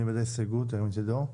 מי בעד ההסתייגות שירים את ידו?